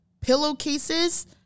pillowcases